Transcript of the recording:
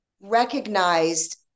recognized